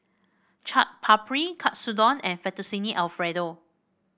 Chaat Papri Katsudon and Fettuccine Alfredo